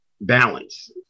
balance